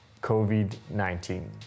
COVID-19